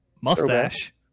Mustache